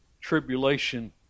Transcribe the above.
tribulation